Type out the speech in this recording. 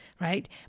right